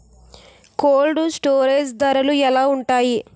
Cold storage ధరలు ఎలా ఉంటాయి?